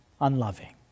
unloving